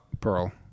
Pearl